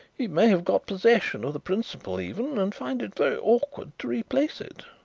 he may have got possession of the principal even and find it very awkward to replace it.